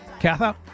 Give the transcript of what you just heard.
Katha